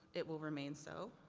it will remain so.